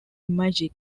magic